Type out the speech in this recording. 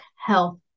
health